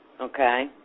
Okay